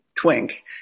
Twink